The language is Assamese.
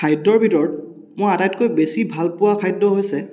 খাদ্যৰ ভিতৰত মই আটাইতকৈ বেছি ভাল পোৱা খাদ্য হৈছে